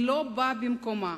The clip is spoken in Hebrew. היא לא באה במקומה.